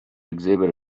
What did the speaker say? exhibit